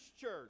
church